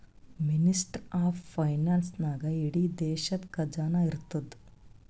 ministry of finance ನಾಗೇ ಇಡೀ ದೇಶದು ಖಜಾನಾ ಇರ್ತುದ್